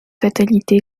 fatalité